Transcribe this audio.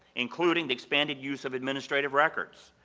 including the expanded use of administrative records.